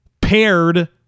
paired